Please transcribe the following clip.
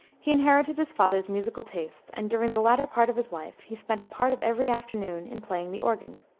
he inherited his father's musical tastes, and during the latter part of his life, he spent a part of every afternoon in playing the organ.